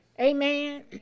amen